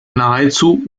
nahezu